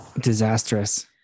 disastrous